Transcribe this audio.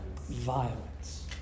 Violence